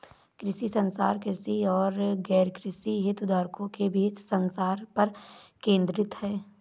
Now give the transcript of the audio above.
कृषि संचार, कृषि और गैरकृषि हितधारकों के बीच संचार पर केंद्रित है